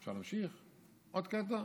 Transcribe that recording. אפשר להמשיך עוד קטע?